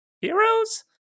heroes